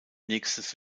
nächstes